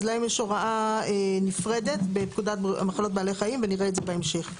אז להם יש הוראה נפרדת בפקודת מחלוקת בעלי חיים ונראה את זה בהמשך.